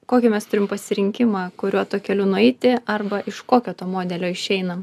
kokį mes turime pasirinkimą kuriuo takeliu nueiti arba iš kokio to modelio išeinam